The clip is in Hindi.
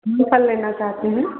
मैं फल लेना चाहती हूँ